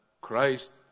Christ